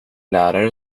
lärare